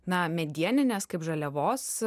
na medienines kaip žaliavos